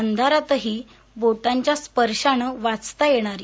अधारातही बोटांच्या स्पर्शान वाचता येणारी